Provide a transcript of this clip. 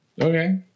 Okay